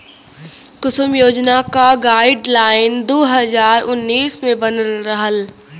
कुसुम योजना क गाइडलाइन दू हज़ार उन्नीस मे बनल रहल